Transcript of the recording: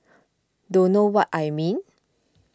don't know what I mean